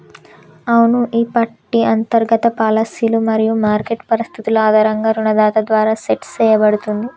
అవును ఈ పట్టి అంతర్గత పాలసీలు మరియు మార్కెట్ పరిస్థితులు ఆధారంగా రుణదాత ద్వారా సెట్ సేయబడుతుంది